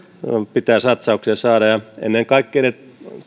pitää satsauksia saada ennen kaikkea